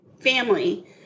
Family